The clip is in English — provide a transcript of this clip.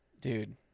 dude